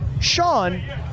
Sean